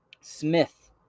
Smith